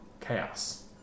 chaos